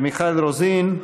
מיכל רוזין,